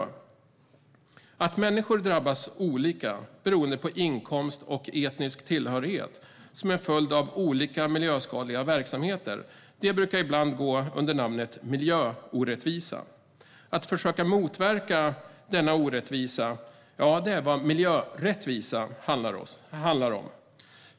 Att människor drabbas olika beroende på inkomst och etnisk tillhörighet som en följd av olika miljöskadliga verksamheter brukar ibland gå under namnet miljöorättvisa. Att försöka motverka detta är vad miljörättvisa handlar om.